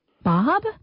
Bob